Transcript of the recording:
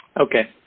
Okay